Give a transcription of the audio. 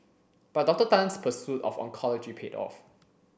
but Doctor Tan's pursuit of oncology paid off